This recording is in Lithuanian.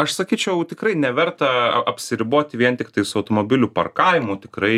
aš sakyčiau tikrai neverta apsiriboti vien tiktais automobilių parkavimu tikrai